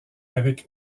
avec